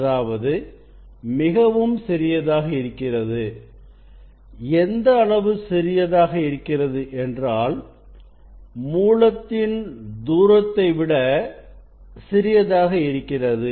அதாவது மிகவும் சிறியதாக இருக்கிறது எந்த அளவு சிறியதாக இருக்கிறது என்றால் மூலத்தின் தூரத்தை விடசிறியதாக இருக்கிறது